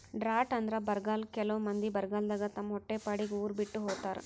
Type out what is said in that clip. drought ಅಂದ್ರ ಬರ್ಗಾಲ್ ಕೆಲವ್ ಮಂದಿ ಬರಗಾಲದಾಗ್ ತಮ್ ಹೊಟ್ಟಿಪಾಡಿಗ್ ಉರ್ ಬಿಟ್ಟ್ ಹೋತಾರ್